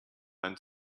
than